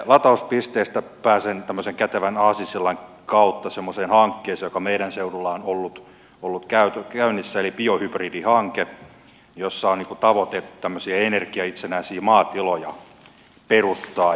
latauspisteistä pääsen tämmöisen kätevän aasinsillan kautta semmoiseen hankkeeseen joka meidän seudulla on ollut käynnissä eli biohybridihankkeeseen jossa on tavoitteena tämmöisiä energiaitsenäisiä maatiloja perustaa